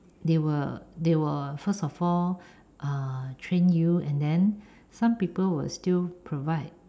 they will they will first of all uh train you and then some people will still provide